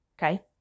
Okay